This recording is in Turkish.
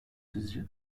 sizce